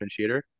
differentiator